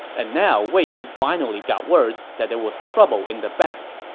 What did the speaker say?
and now, wei yan finally got word that there was trouble in the back.